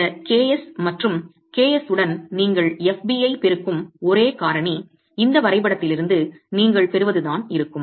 இந்த Ks மற்றும் Ks உடன் நீங்கள் fb ஐ பெருக்கும் ஒரே காரணி இந்த வரைபடத்திலிருந்து நீங்கள் பெறுவதுதான் இருக்கும்